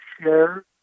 share